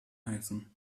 heißen